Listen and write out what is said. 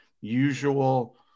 usual